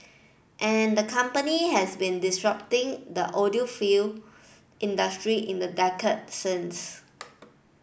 and the company has been disrupting the audiophile industry in the decade since